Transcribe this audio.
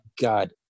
god